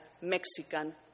Mexican